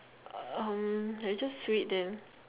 um I just wait there